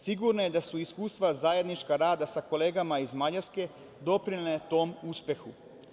Sigurno je da su iskustva zajedničkog rada sa kolegama iz Mađarske doprinela tom uspehu.